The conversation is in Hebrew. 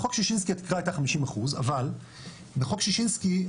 בחוק שישינסקי התקרה הייתה 50% אבל בחוק שישינסקי,